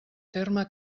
terme